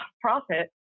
profit